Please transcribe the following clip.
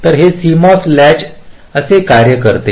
तर हे CMOS latch कसे कार्य करते